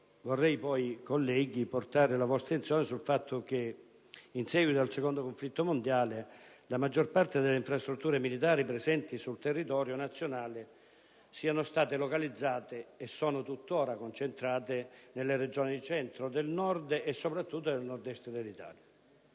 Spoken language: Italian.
Vorrei, poi, colleghi, richiamare la vostra attenzione sul fatto che, in seguito al secondo conflitto mondiale, la maggior parte delle infrastrutture militari presenti sul territorio nazionale sono state localizzate, e sono tuttora concentrate, nelle Regioni del Centro, del Nord e, soprattutto, del Nord-Est dell'Italia.